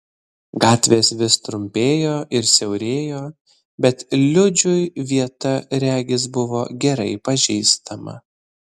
gatvės vis trumpėjo ir siaurėjo bet liudžiui vieta regis buvo gerai pažįstama